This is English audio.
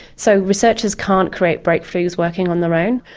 so researchers can't create breakthroughs working on their own.